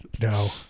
No